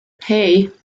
hey